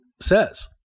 says